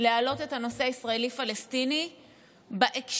להעלות את הנושא הישראלי פלסטיני בהקשר